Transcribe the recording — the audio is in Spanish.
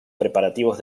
preparativos